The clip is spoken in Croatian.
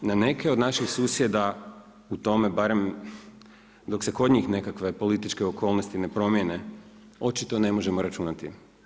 Na neke od naših susjeda, u tome, barem, dok se kod njih barem nekakve političke okolnosti ne promjene, očito ne možemo računati.